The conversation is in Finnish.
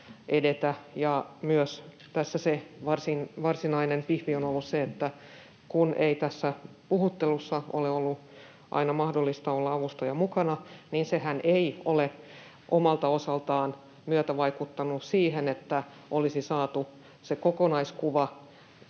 edetä. Ja se varsinainen pihvi on tässä ollut se, että kun ei tässä puhuttelussa ole ollut aina mahdollista olla avustajaa mukana, niin sehän ei ole omalta osaltaan myötävaikuttanut siihen, että olisi saatu se kokonaiskuva